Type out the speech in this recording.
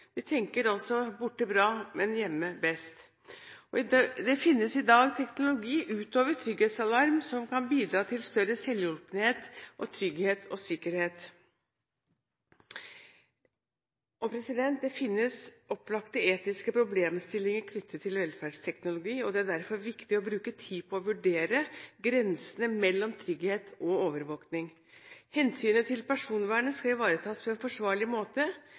vi tenker altså borte bra, men hjemme best. Det finnes i dag teknologi utover trygghetsalarm som kan bidra til større selvhjulpenhet, trygghet og sikkerhet. Det finnes opplagte etiske problemstillinger knyttet til velferdsteknologi, og det er derfor viktig å bruke tid på å vurdere grensene mellom trygghet og overvåkning. Hensynet til personvernet skal ivaretas på en forsvarlig måte.